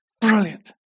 brilliant